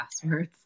passwords